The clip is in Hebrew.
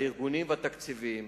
הארגוניים והתקציביים.